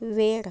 वेड